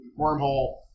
wormhole